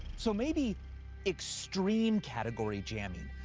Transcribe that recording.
so maybe extreme category jamming,